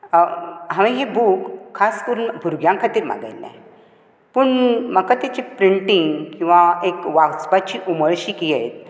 हांवे हो बूक खास करून भुरग्यां खातीर मागयल्लो पूण म्हाका ताची प्रिंटींग किंवा एक वाचपाची उमळशिकी आयली